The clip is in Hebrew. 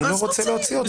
אני לא רוצה להוציא אותך.